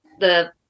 -the